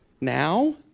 now